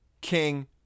king